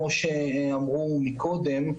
כמו שאמרו מקודם,